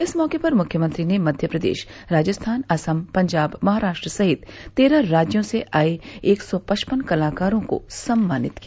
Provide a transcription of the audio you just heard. इस मौके पर मुख्यमंत्री ने मध्य प्रदेश राजस्थान असम पंजाब महाराष्ट्र सहित तेरह राज्यों से आये एक सौ पचपन कलाकारों को सम्मानित किया